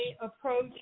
approach